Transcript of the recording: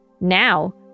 Now